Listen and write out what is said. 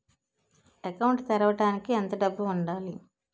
Account తెరవడానికి ఎంత డబ్బు ఉండాలి?